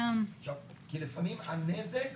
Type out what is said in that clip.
לפעמים הנזק